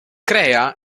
crea